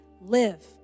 live